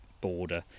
border